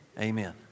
Amen